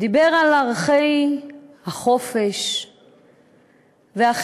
דיבר על ערכי החופש והחירות,